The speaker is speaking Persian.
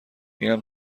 اینم